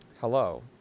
Hello